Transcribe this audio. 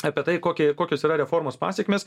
apie tai kokia kokios yra reformos pasekmės